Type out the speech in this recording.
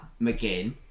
McGinn